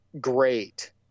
great